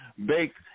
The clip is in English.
Baked